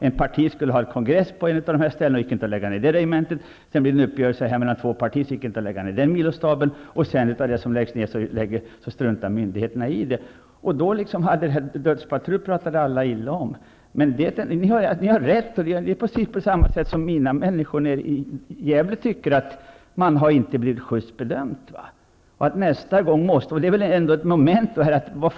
Ett parti skulle ha en kongress på ett av dessa ställen, och därför gick det inte att lägga ned det regementet. Sedan blev det en uppgörelse mellan två partier. Därför gick det inte att lägga ned den milostaben. Och vad som läggs ned struntar myndigheterna i. Alla talade illa om ''dödspatrullerna''. Men ni har rätt. Det är precis på samma sätt som ''mina människor'' i Gävle tycker, nämligen att man inte har blivit just bedömd.